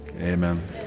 amen